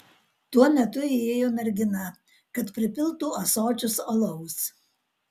tuo metu įėjo mergina kad pripiltų ąsočius alaus